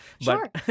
Sure